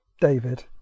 David